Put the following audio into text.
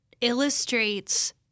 illustrates